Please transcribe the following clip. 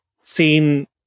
seen